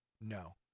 No